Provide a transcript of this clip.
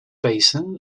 basin